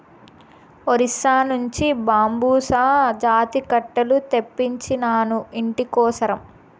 ఒరిస్సా నుంచి బాంబుసా జాతి కట్టెలు తెప్పించినాను, ఇంటి కోసరం